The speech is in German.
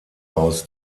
aus